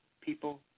people